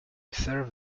serve